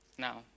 Now